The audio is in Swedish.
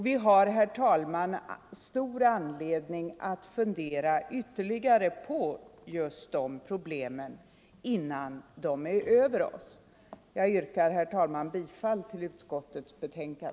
Vi har, herr talman, stor anledning att fundera ytterligare på just de problemen innan de är över oss. Jag yrkar, herr talman, bifall till utskottets hemställan.